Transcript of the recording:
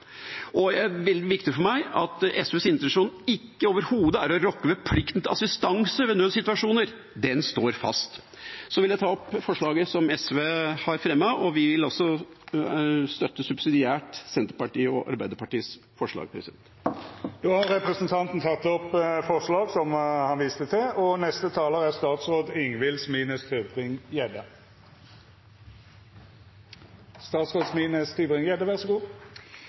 Det er veldig viktig for meg å si at SVs intensjon overhodet ikke er å rokke ved plikten til assistanse ved nødssituasjoner. Den står fast. Så vil jeg ta opp forslaget som SV har fremmet. Vi vil subsidiært støtte Senterpartiet og Arbeiderpartiets forslag. Representanten Arne Nævra har teke opp forslaget han viste til. Spørsmålet om en egen utredning for å vurdere beredskapssituasjonen med den økende cruisetrafikken er